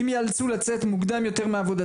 אם יאלצו לצאת מוקדם יותר מהעבודה